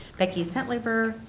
becky centlivre,